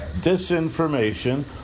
disinformation